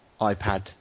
iPad